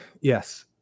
yes